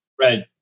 Right